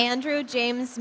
andrew james